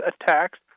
attacks